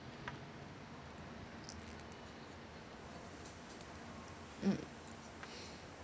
mm